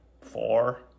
Four